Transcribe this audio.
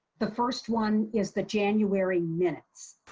the first one is the january minutes.